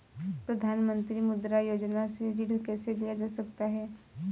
प्रधानमंत्री मुद्रा योजना से ऋण कैसे लिया जा सकता है?